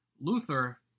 Luther